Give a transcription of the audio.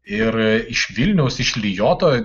ir iš vilniaus iš lijoto